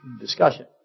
discussion